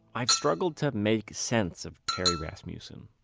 i've struggled to make sense of terry rasmussen.